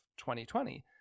2020